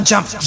Jump